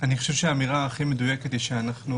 אני חושב שהאמירה הכי מדויקת היא שאנחנו